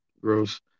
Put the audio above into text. Gross